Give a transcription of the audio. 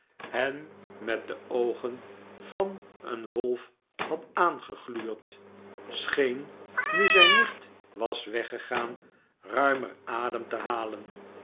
hen met de oogen van een wolf had aangegluurd scheen nu zijn nicht was weggegaan ruimer adem te halen